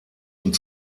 und